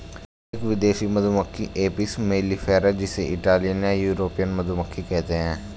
एक विदेशी मधुमक्खी एपिस मेलिफेरा जिसे इटालियन या यूरोपियन मधुमक्खी कहते है